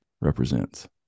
represents